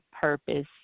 purpose